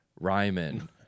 Ryman